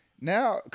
now